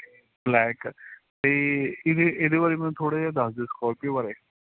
black ਅਤੇ ਇਹਦੇ ਇਹਦੇ ਬਾਰੇ ਮੈਨੂੰ ਥੋੜਾ ਜਿਹਾ ਦੱਸ ਦਿਉ ਸਕੋਰਪੀਓ ਬਾਰੇ